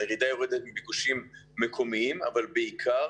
הירידה היא בביקושים מקומיים אבל בעיקר